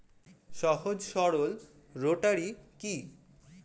সহজ সরল রোটারি কি?